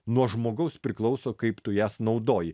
nuo žmogaus priklauso kaip tu jas naudoji